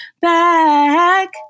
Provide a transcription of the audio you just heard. back